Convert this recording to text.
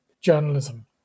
journalism